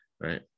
right